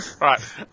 Right